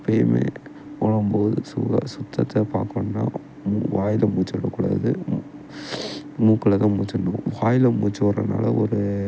எப்போயுமே ஓடும்போது சுவாசத்தத்தை பார்க்கணும்னா மூ வாயில் மூச்சிவிட கூடாது மூக்கில் தான் மூச்சிவிட்ணும் வாயில் மூச்சிவிட்றதுனால ஒரு